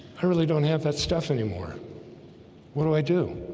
i really don't have that stuff anymore what do i do?